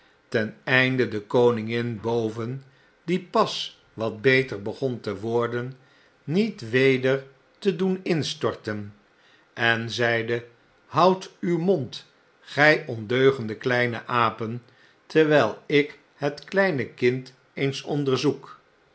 ten einde de koningin boven die pas wat beter begon te worden niet weder te doen instorten en zeide houdt uw mond gy ondeugende kleine apen terwyl ik het kleine kind eens onderzoek